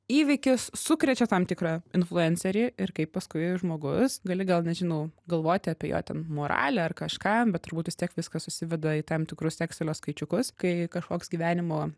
įvykis sukrečia tam tikrą influencerį ir kaip paskui žmogus gali gal nežinau galvoti apie jo ten moralę ar kažką bet turbūt vis tiek viskas susiveda į tam tikrus ekselio skaičiukus kai kažkoks gyvenimo